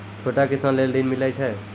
छोटा किसान लेल ॠन मिलय छै?